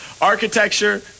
Architecture